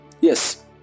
Yes